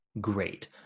great